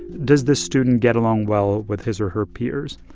does this student get along well with his or her peers?